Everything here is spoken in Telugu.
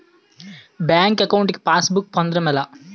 బ్యాంక్ అకౌంట్ కి పాస్ బుక్ పొందడం ఎలా?